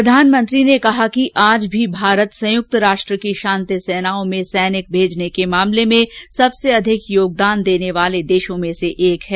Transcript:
प्रधानमंत्री ने कहा कि आज भी भारत संयुक्त राष्ट्र की शांति सेनाओं में सैनिक भेजने के मामले में सबसे अधिक योगदान देने वाले देशों में से एक है